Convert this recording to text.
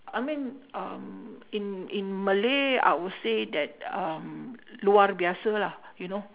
I mean um in in malay I would say that um luar biasa lah you know